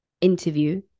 interview